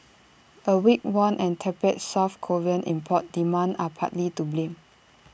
A weak won and tepid south Korean import demand are partly to blame